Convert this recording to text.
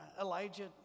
Elijah